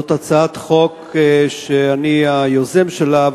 זאת הצעת חוק שאני היוזם שלה,